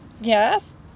Yes